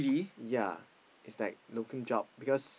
yea it's like job because